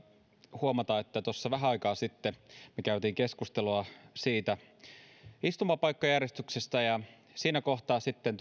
huomata että kun tuossa vähän aikaa sitten me kävimme keskustelua istumapaikkajärjestyksestä siinä kohtaa sitten